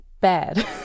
bad